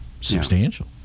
substantial